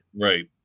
Right